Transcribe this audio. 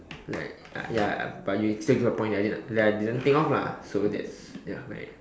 like ya but you still give a point that I didn't that I didn't think of lah so that's ya my